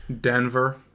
Denver